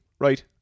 Right